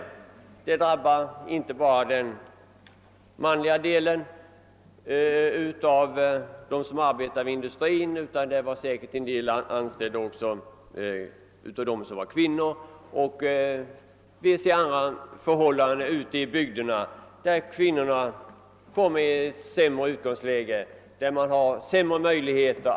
Denna nedläggning drabbade inte bara den manliga delen av dem som arbetade i industrin, utan säkert var också en del av de anställda kvinnor, vilka nog har sämre möjligheter än männen att få nytt arbete.